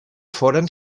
foren